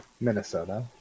Minnesota